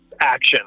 action